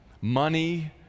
money